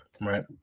right